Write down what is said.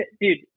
dude